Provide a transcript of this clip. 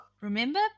Remember